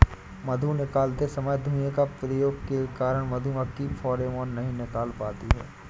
मधु निकालते समय धुआं का प्रयोग के कारण मधुमक्खी फेरोमोन नहीं निकाल पाती हैं